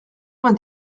vingt